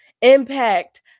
impact